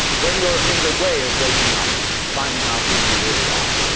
when you're in the way of waking up, and finding out who you really are,